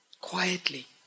quietly